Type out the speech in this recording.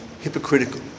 hypocritical